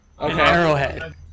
Arrowhead